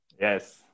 Yes